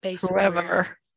whoever